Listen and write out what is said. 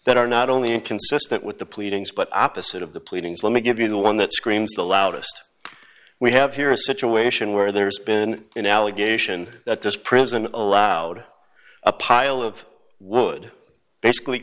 that are not only inconsistent with the pleadings but opposite of the pleadings let me give you the one that screams the loudest we have here a situation where there's been an allegation that this prison allowed a pile of wood basically